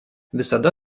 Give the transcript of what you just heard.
visada